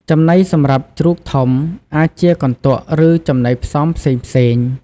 ចំណីសម្រាប់ជ្រូកធំ អាចជាកន្ទក់ ឬចំណីផ្សំផ្សេងៗ។